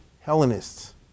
Hellenists